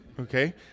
Okay